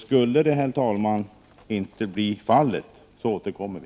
Skulle det, herr talman, inte bli fallet, återkommer vi.